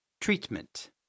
treatment